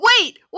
Wait